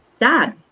dad